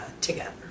together